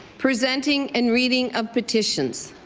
presenting and meeting of petitions.